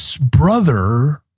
brother